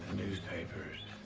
newspapers